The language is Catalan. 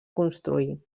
construir